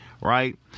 right